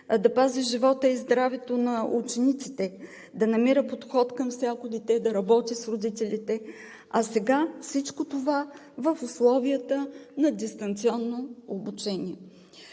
да пази живота и здравето на учениците, да намира подход към всяко дете, да работи с родителите, а сега всичко това и в условията на дистанционно обучение.